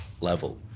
level